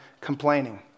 complaining